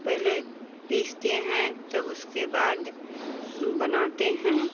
पहले पीसते हैं तब उसके बाद बनाते हैं